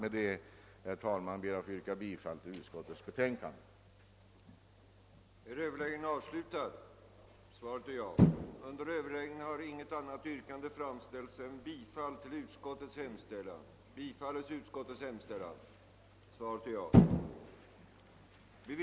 Med dessa ord, herr talman, ber jag att få yrka bifall till utskottets hemställan. i den mån de icke kunde anses besvarade genom vad utskottet anfört.